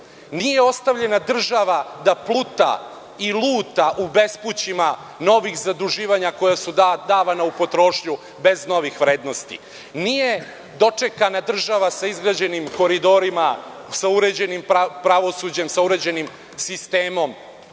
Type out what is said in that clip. nije ostavljena država da pluta i luta u bespućima novih zaduživanja koja su davana u potrošnju bez novih vrednosti, nije dočekana država sa izgrađenim koridorima, sa uređenim pravosuđem, sa uređenim sistemom.